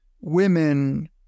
women